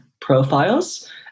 profiles